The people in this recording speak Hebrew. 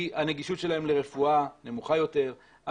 כי הרגישות שלהם לרפואה נמוכה יותר,